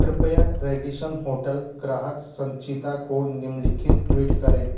कृपया Radisson hotel ग्राहक संचीता को निम्नलिखित ट्वीट करें